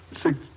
six